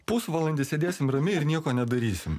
pusvalandį sėdėsim ramiai ir nieko nedarysim